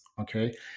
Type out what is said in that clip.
okay